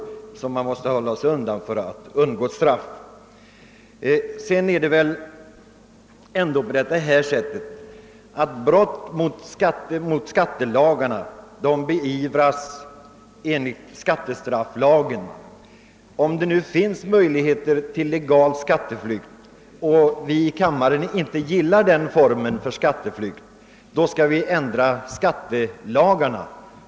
Denna tid måste man alltså hålla sig undan för att undgå straff. Brott mot skattelagarna beivras ju enligt skattestrafflagen. Om det nu finns möjligheter till legal skatteflykt och vi vill ingripa mot denna skall vi ändra skattelagarna.